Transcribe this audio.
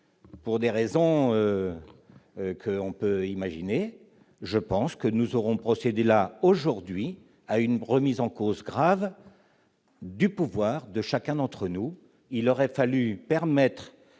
pour des raisons qu'on peut imaginer, je pense que nous aurons procédé là aujourd'hui à une remise en cause grave du pouvoir de chacun d'entre nous, il aurait fallu permettrait